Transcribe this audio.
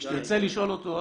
כשתרצה לשאול אותו,